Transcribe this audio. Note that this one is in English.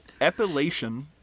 Epilation